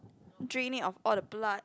drain it of all the blood